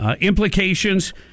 implications